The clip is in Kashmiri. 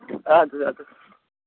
اَدٕ حظ اَدٕ حظ